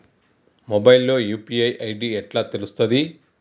Mobile లో UPI ID ఎట్లా తెలుస్తది?